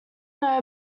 know